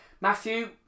Matthew